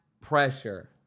Pressure